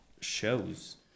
shows